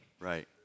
Right